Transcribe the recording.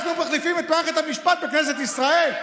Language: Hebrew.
אנחנו מחליפים את מערכת המשפט בכנסת ישראל?